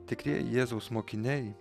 tikrieji jėzaus mokiniai